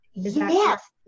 Yes